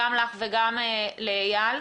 גם לך וגם לאייל.